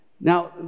Now